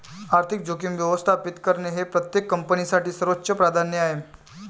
आर्थिक जोखीम व्यवस्थापित करणे हे प्रत्येक कंपनीसाठी सर्वोच्च प्राधान्य आहे